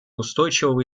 устойчивого